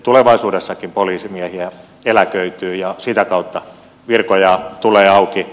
tulevaisuudessakin poliisimiehiä eläköityy ja sitä kautta virkoja tulee auki